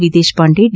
V ದೇಶಪಾಂಡೆಡಿ